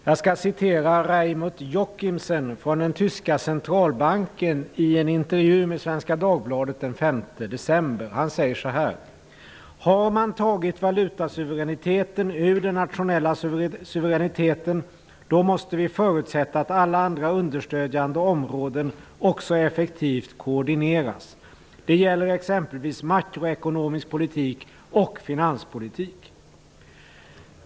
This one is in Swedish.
Jag skall återge vad Reimut Jochimsen från den tyska centralbanken säger i en intervju i Svenska Dagbladet den 5 december: Har man tagit ut valutasuveräniteten ur den nationella suveräniteten, då måste vi förutsätta att alla andra understödjande områden också effektivt koordineras. Det gäller exempelvis makroekonomisk politik och finanspolitik.